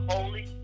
Holy